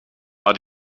war